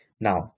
Now